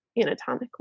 anatomic